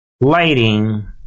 lighting